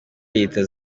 leta